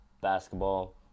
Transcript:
basketball